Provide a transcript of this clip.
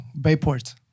Bayport